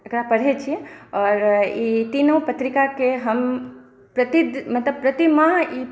एकरा पढ़ैत छियै आओर ई तीनू पत्रिकाकेँ हम प्रति दिन मतलब प्रतिमाह ई